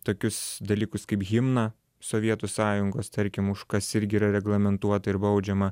tokius dalykus kaip himną sovietų sąjungos tarkim už kas irgi yra reglamentuota ir baudžiama